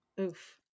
Oof